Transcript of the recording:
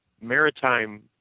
maritime